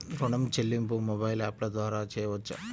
ఋణం చెల్లింపు మొబైల్ యాప్ల ద్వార చేయవచ్చా?